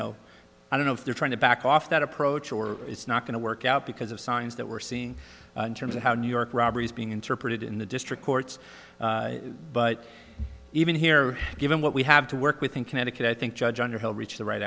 know i don't know if they're trying to back off that approach or it's not going to work out because of signs that we're seeing in terms of how new york robbery is being interpreted in the district courts but even here given what we have to work with in connecticut i think judge underhill reach the right